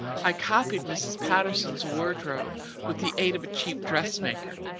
i copied mrs. paterson's wardrobe with the aid of a cheap dressmaker,